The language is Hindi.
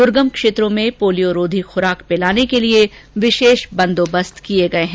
द्र्गम क्षेत्रों में पोलियोरोधी खुराक पिलाने के लिये विशेष बंदोबस्त किये गये है